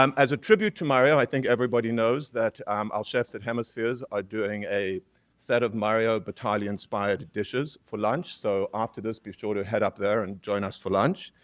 um as a tribute to mario, i think everybody knows that um all chefs at hemispheres are doing a set of mario batali inspired inspired dishes for lunch. so, after this, be sure to head up there and join us for lunch.